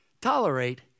tolerate